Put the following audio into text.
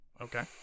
Okay